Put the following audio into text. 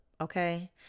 okay